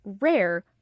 rare